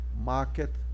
market